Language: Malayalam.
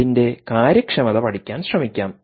അതിൻറെ കാര്യക്ഷമത പഠിക്കാൻ ശ്രമിക്കാം